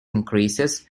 increases